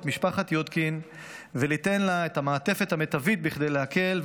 משפחת יודקין וליתן לה את המעטפת המיטבית בכדי להקל,